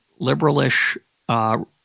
liberalish